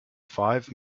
five